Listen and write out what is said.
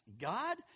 God